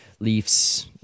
Leafs